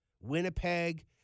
Winnipeg